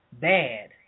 bad